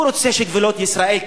הוא רוצה שגבולות ישראל,